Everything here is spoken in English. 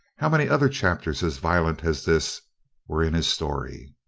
how many other chapters as violent as this were in his story?